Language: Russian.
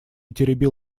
теребил